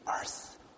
earth